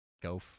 go